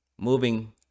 moving